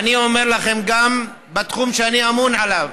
ואני אומר לכם שגם בתחום שאני אמון עליו,